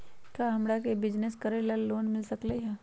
का हमरा के बिजनेस करेला लोन मिल सकलई ह?